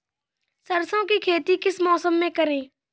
सरसों की खेती किस मौसम में करें?